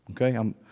Okay